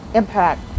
impact